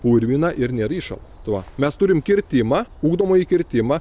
purvina ir nėra įšalo tuo mes turim kirtimą ugdomąjį kirtimą